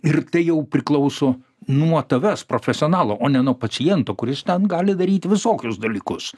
ir tai jau priklauso nuo tavęs profesionalo o ne nuo paciento kuris ten gali daryt visokius dalykus